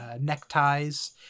neckties